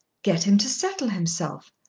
get him to settle himself.